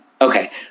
Okay